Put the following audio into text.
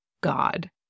God